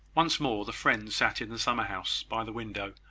once more the friends sat in the summer-house, by the window,